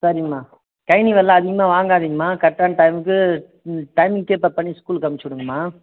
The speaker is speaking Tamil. சரிங்கம்மா கழனி வேலைலாம் அதிகமாக வாங்காதீங்கம்மா கரெக்டான டைம்க்கு ம் டைமிங் கீப் அப் பண்ணி ஸ்கூலுக்கு அணுச்சி விடுங்கம்மா